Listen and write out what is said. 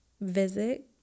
visit